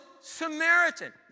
Samaritan